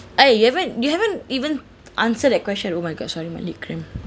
eh you haven't you haven't even answer that question oh my gosh sorry my leg cramp